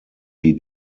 sie